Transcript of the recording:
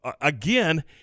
again